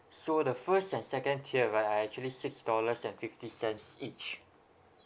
so the first and second tier right are actually six dollars and fifty cents each